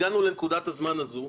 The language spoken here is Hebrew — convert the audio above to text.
הגענו לנקודת הזמן הזו.